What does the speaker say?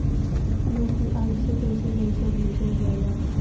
UPI से कइसे पैसा भेजल जाला?